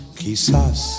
quizás